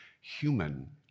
human